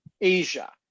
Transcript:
Asia